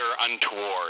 untoward